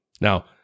Now